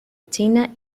china